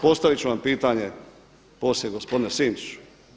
Postavit ću vam pitanje poslije gospodine Sinčiću.